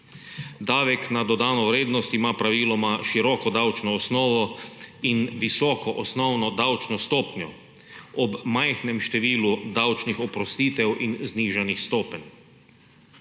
Davek na dodano vrednost ima praviloma široko davčno osnovo in visoko osnovno davčno stopnjo ob majhnem številu davčnih oprostitev in znižanih stopenj.